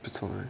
不 right